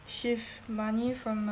shift money from